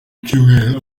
cyumweru